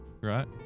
right